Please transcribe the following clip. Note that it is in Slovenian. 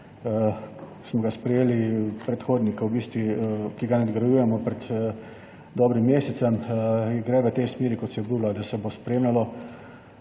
smo ga sprejeli od predhodnika, ki ga nadgrajujemo pred dobrim mesecem in gre v tej smeri, kot se je obljubljalo, da se bodo spremljale